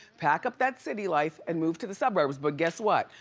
pack up that city life and move to the suburbs, but guess what?